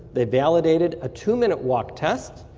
they validated a two minute walk test,